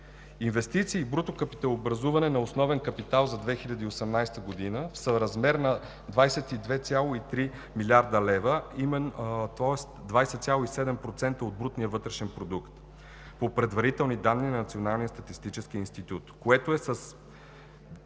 Инвестициите – бруто капиталообразуване на основен капитал, за 2018 г. са в размер на 22,3 млрд. лв., тоест 20,7% от брутния вътрешен продукт по предварителни данни на Националния статистически институт, което е с